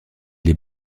les